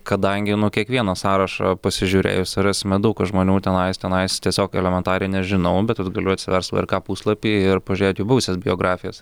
kadangi nu kiekvieną sąrašą pasižiūrėjus rasime daug žmonių tenais tenais tiesiog elementariai nežinau bet vat galiu atsiverst vrk puslapį ir pažiūrėt jų buvusias biografijas